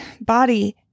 body